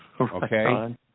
Okay